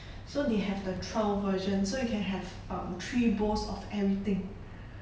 so they have the trial version so you can have um three bowls of everything